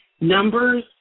Numbers